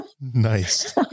Nice